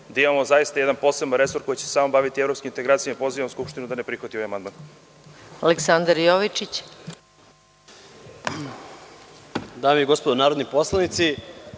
da imamo zaista jedan poseban resor koji će se samo baviti evropskim integracijama i pozivam Skupštinu da ne prihvati ovaj amandman.